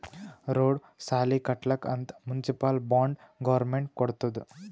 road, ಸಾಲಿ ಕಟ್ಲಕ್ ಅಂತ್ ಮುನ್ಸಿಪಲ್ ಬಾಂಡ್ ಗೌರ್ಮೆಂಟ್ ಕೊಡ್ತುದ್